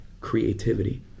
creativity